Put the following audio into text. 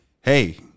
hey